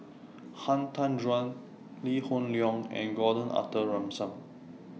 Han Tan Juan Lee Hoon Leong and Gordon Arthur Ransome